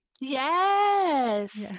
Yes